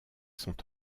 sont